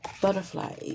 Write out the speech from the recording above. Butterfly